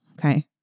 okay